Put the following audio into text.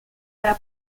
hará